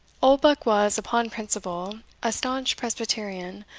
oldbuck was, upon principle, a staunch presbyterian,